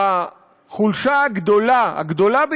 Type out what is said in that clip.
החולשה הגדולה, הגדולה ביותר,